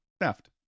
theft